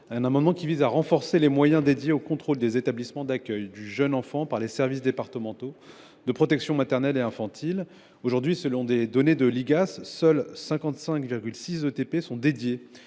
Canalès. Il vise à renforcer les moyens dédiés au contrôle des établissements d’accueil du jeune enfant par les services départementaux de protection maternelle et infantile. Aujourd’hui, selon des données de l’inspection générale des